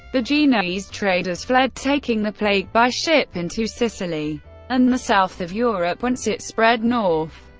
the genoese traders fled, taking the plague by ship into sicily and the south of europe, whence it spread north.